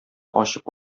ачып